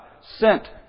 sent